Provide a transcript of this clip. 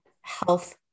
health